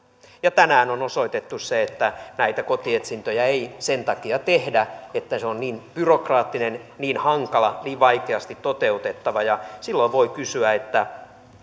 tänään on osoitettu se että näitä kotietsintöjä ei sen takia tehdä että se on niin byrokraattista niin hankalaa niin vaikeasti toteutettavaa ja silloin voi kysyä